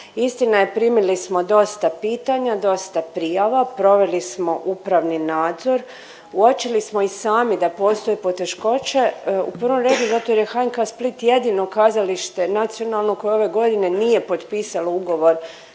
Istina je primili smo dosta pitanja, dosta prijava, proveli smo upravni nadzor, uočili smo i sami da postoje poteškoće u prvom redu zato jer je HNK Split jedino kazalište nacionalno koje ove godine nije potpisalo ugovor